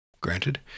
granted